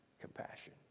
compassion